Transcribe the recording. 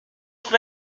sous